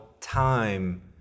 time